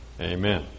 Amen